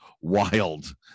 wild